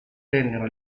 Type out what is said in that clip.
tennero